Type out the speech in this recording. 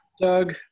Doug